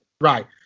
Right